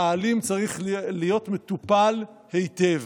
והאלים צריך להיות מטופל היטב.